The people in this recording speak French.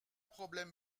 problème